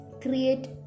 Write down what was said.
create